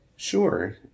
Sure